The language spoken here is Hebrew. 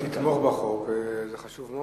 אם תתמוך בחוק, זה חשוב מאוד.